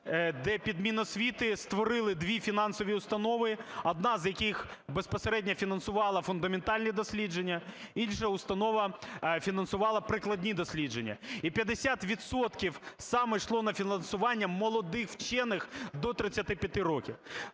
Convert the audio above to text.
де під Міносвіти створили дві фінансові установи, одна з яких безпосередньо фінансувала фундаментальні дослідження, інша установа фінансувала прикладні дослідження. І 50 відсотків саме йшло на фінансування молодих вчених до 35 років.